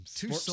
two